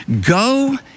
go